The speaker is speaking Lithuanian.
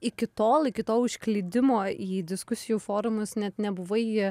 iki tol iki to užklydimo į diskusijų forumus net nebuvai